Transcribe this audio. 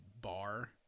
bar